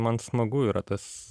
man smagu yra tas